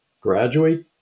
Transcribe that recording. graduate